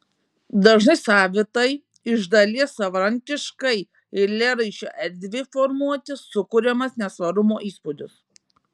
dažnai savitai iš dalies savarankiškai eilėraščio erdvei formuoti sukuriamas nesvarumo įspūdis